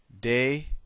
day